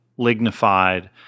lignified